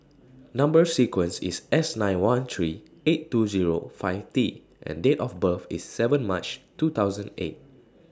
Number sequence IS S nine one three eight two Zero five T and Date of birth IS seven March two thousand eight